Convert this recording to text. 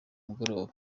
mugoroba